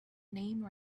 name